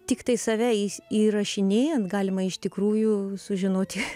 tiktai save įrašinėjant galima iš tikrųjų sužinoti